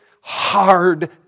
hard